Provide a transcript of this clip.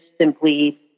simply